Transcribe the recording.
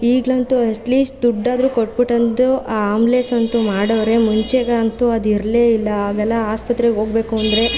ಈಗ್ಲಂತೂ at least ದುಡ್ಡಾದರೂ ಕೊಟ್ಟುಬಿಟ್ಟು ಅಂತೂ ಆ ಆಂಬ್ಲೆಸ್ ಅಂತೂ ಮಾಡೋವ್ರೆ ಮುಂಚೆಗಂತೂ ಅದು ಇರಲೇ ಇಲ್ಲ ಅವೆಲ್ಲ ಆಸ್ಪತ್ರೆಗೆ ಹೋಗ್ಬೇಕು ಅಂದರೆ